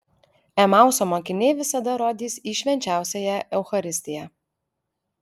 emauso mokiniai visada rodys į švenčiausiąją eucharistiją